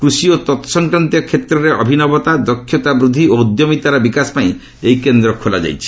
କୃଷି ଓ ତତ୍ସଂକ୍ରାନ୍ତୀୟ କ୍ଷେତ୍ରରେ ଅଭିନବତା ଦକ୍ଷତା ବୃଦ୍ଧି ଓ ଉଦ୍ୟମିତାର ବିକାଶ ପାଇଁ ଏହି କେନ୍ଦ୍ର ଖୋଲାଯାଇଛି